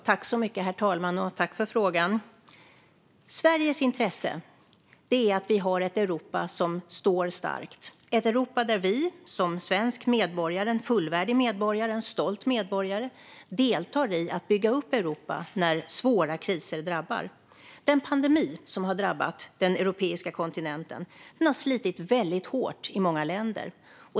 Herr talman! Jag tackar för frågan. Sveriges intresse är att vi har ett Europa som står starkt, ett Europa där vi som svenska medborgare, fullvärdiga medborgare, stolta medborgare, deltar i att bygga upp Europa när svåra kriser drabbar. Den pandemi som har drabbat den europeiska kontinenten har slitit hårt i många länder.